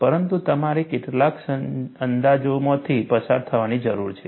પરંતુ તમારે કેટલાક અંદાજોમાંથી પસાર થવાની જરૂર છે